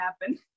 happen